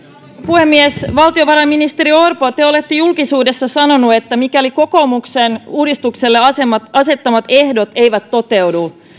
puhemies valtiovarainministeri orpo te olette julkisuudessa sanonut että mikäli kokoomuksen uudistukselle asettamat asettamat ehdot eivät toteudu